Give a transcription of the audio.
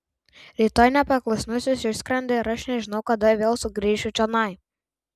rytoj nepaklusnusis išskrenda ir aš nežinau kada vėl sugrįšiu čionai